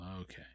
Okay